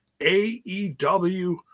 aew